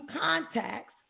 contacts